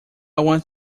want